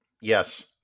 Yes